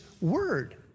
word